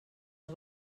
els